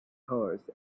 hers